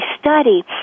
study